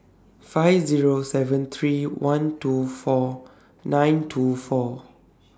five Zero seven three one two four nine two four